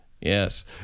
Yes